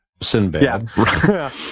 Sinbad